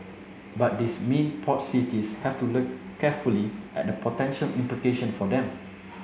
but these mean port cities have to look carefully at the potential implication for them